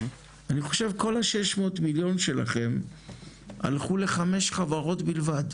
אני חושב כל ה- 600 מיליון שלכם הלכו ל-5 חברות בלבד,